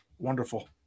wonderful